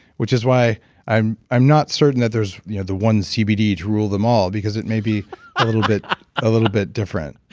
which is why i'm i'm not certain that there's you know the one cbd to rule them all, because it may be a little bit ah little bit different,